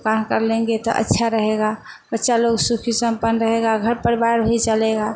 काम कर लेंगे तो अच्छा रहेगा बच्चा लोग सुखी संपन्न रहेगा घर परिवार भी चलेगा